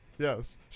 Yes